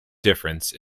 difference